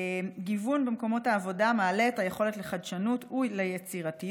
גיוון במקומות העבודה מעלה את היכולת לחדשנות וליצירתיות,